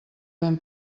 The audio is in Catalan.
ben